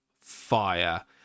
fire